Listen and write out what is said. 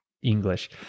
English